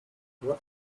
what